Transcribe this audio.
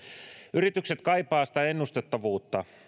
yritykset kaipaavat sitä ennustettavuutta